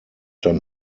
dann